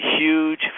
huge